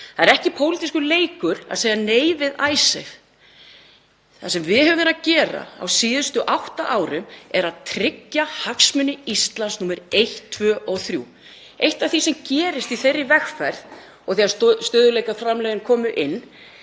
Það er ekki pólitískur leikur að segja nei við Icesave. Það sem við höfum verið að gera á síðustu átta árum er að tryggja hagsmuni Íslands númer eitt, tvö og þrjú. Eitt af því sem gerist í þeirri vegferð og þegar stöðugleikaframlögin komu inn